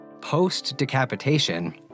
Post-decapitation